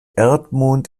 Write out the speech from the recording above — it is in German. erdmond